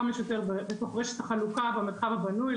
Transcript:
כמה שיותר בתוך רשת החלוקה במרחב הבנוי.